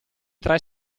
tre